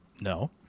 No